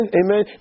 amen